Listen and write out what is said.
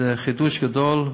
זה חידוש גדול.